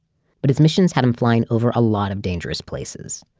but his missions had him flying over a lot of dangerous places.